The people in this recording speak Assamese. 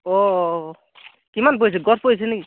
অঁ কিমান পৰিছিল গছ পৰিছিল নেকি